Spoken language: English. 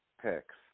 picks